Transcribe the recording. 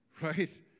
Right